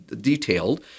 detailed